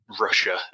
Russia